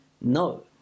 no